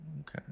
Okay